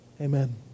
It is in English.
amen